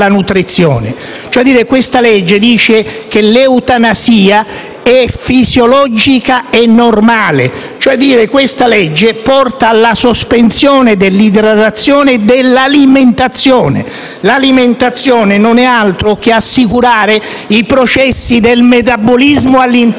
è fisiologica e normale. Questa legge porta alla sospensione dell'idratazione e dell'alimentazione. L'alimentazione non fa altro che assicurare i processi del metabolismo all'interno dell'organismo, perciò quando i colleghi richiamano l'attenzione